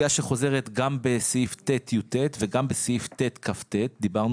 שחוזרת גם בסעיף 9יט וגם בסעיף 9כט. דיברנו